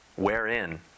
Wherein